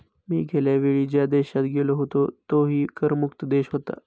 मी गेल्या वेळी ज्या देशात गेलो होतो तोही कर मुक्त देश होता